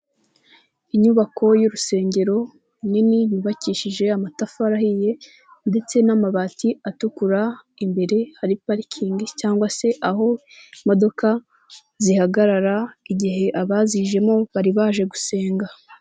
Inyubako y'urusengero nini yubakishije amatafari ahiye ndetse n'amabati atukura imbere hari parikingi cyangwa se aho imodoka zihagarara igihe abazijemo bari baje gusenga.